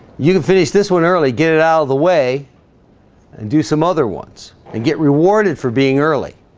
you can finish this one early get it out of the way and do some other ones and get rewarded for being early